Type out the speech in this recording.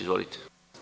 Izvolite.